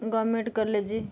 government college